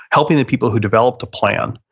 helping the people who developed a plan,